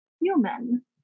human